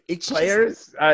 Players